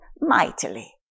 mightily